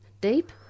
deep